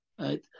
Right